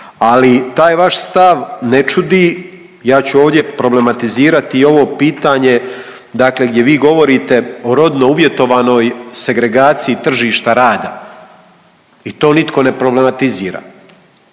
ali taj vaš stav ne čudi. Ja ću ovdje problematizirati i ovo pitanje dakle gdje vi govorite o rodno uvjetovanoj segregaciji tržišta rada i to nitko ne problematizira.